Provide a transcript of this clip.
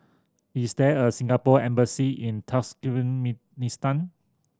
is there a Singapore Embassy in